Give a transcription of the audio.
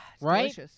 Right